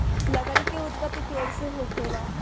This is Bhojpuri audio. लकड़ी के उत्पति पेड़ से होखेला